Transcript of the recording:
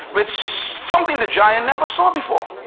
with something the giant never saw before.